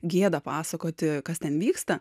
gėda pasakoti kas ten vyksta